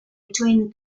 between